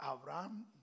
Abraham